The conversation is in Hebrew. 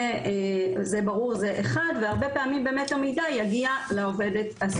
זה ברור, זה אחד, והרבה פעמים המידע יגיע לעו"ס.